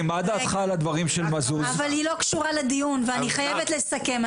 אני חייבת לסכם.